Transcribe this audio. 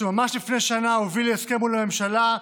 שממש לפני שנה הוביל להסכם מול הממשלה,